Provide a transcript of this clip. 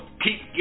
Keep